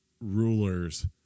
rulers